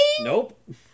Nope